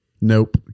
Nope